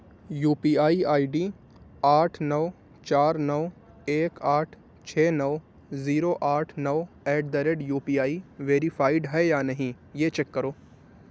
you P I I D آٹھ نو چار نو ایک آٹھ چھ نو زیرو آٹھ نو at the rate U P I verified ہے یا نہیں یہ چیک کرو